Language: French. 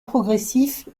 progressif